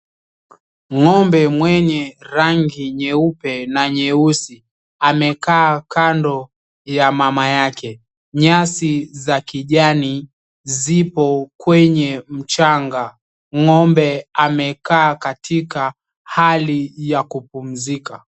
Ng'ombe mwenye rangi nyeupe na nyeusi amekaa kando ya mama yake. Nyasi za kijani zipo kwenye mchanga. Ng'ombe amekaa katika hali ya kupumzika.